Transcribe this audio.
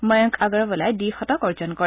ময়ংক আগৰৱালাই দ্বি শতক অৰ্জন কৰে